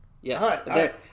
Yes